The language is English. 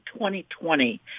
2020